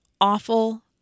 awful